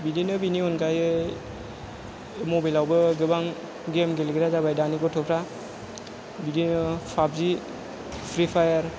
बिदिनो बेनि अनगायै मबाइलावबो गोबां गेम गेलेग्रा जाबाय दानि गथफ्रा बिदिनो पाबजि फ्रि फायार